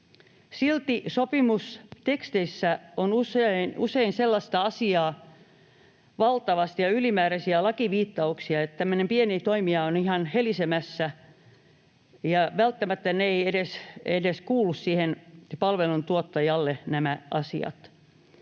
Silti sopimusteksteissä on usein valtavasti sellaista asiaa ja ylimääräisiä lakiviittauksia, että tämmöinen pieni toimija on ihan helisemässä, ja välttämättä ne asiat eivät edes kuulu palveluntuottajalle. Näihin